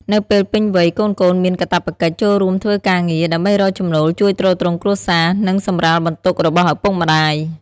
នៅពេលពេញវ័យ កូនៗមានកាតព្វកិច្ច ចូលរួមធ្វើការងារ ដើម្បីរកចំណូលជួយទ្រទ្រង់គ្រួសារ និងសម្រាលបន្ទុករបស់ឪពុកម្ដាយ។